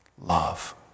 love